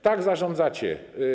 Tak zarządzacie.